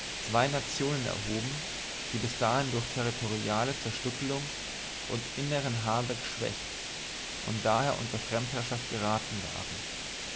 zwei nationen erhoben die bis dahin durch territoriale zerstückelung und inneren hader geschwächt und daher unter fremdherrschaft geraten waren